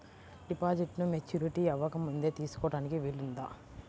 డిపాజిట్ను మెచ్యూరిటీ అవ్వకముందే తీసుకోటానికి వీలుందా?